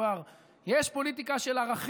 אפשר ללמד שיש פוליטיקה של דרך,